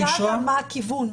אתה שאלת מה הכיוון.